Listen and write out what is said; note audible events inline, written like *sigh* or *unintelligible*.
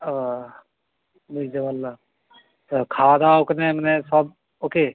ও বুঝতে পারলাম *unintelligible* তা খাওয়া দাওয়া ওখানে মানে সব ও কে